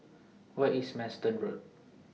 Where IS Manston Road